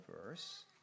verse